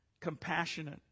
compassionate